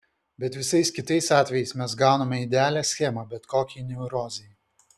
bet visais kitais atvejais mes gauname idealią schemą bet kokiai neurozei